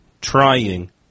trying